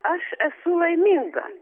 aš esu laiminga